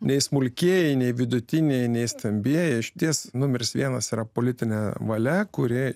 nei smulkieji nei vidutiniai nei stambieji išties numeris vienas yra politinė valia kuri